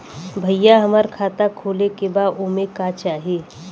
भईया हमार खाता खोले के बा ओमे का चाही?